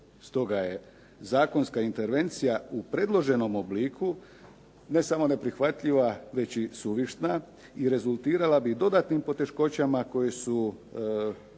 Stoga je zakonska intervencija u predloženom obliku, ne samo neprihvatljiva već i suvišna i rezultirala bi dodatnim poteškoćama koje su